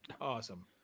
awesome